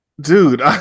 dude